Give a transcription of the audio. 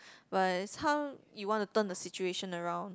but it's how you want to turn the situation around